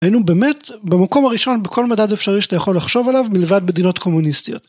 היינו באמת במקום הראשון בכל מדד אפשרי שאתה יכול לחשוב עליו מלבד מדינות קומוניסטיות.